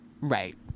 Right